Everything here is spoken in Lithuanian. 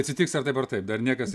atsitiks ar taip ar taip dar niekas